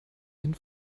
einen